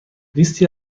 لیستی